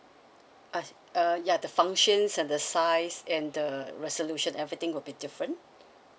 uh uh ya the functions and the size and the resolution everything will be different